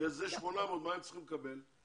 כשזה 800 כמה הם צריכים לקבל?